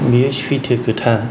बियो सैथो खोथा